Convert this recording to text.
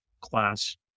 class